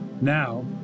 Now